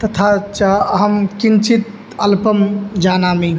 तथा च अहं किञ्चित् अल्पं जानामि